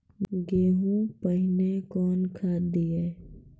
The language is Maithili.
गेहूँ पहने कौन खाद दिए?